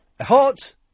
Hot